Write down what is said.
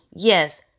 Yes